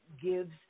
gives